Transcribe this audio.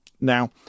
Now